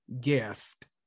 guest